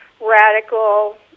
radical